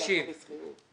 כל השאר בשכירות.